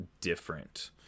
different